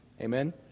Amen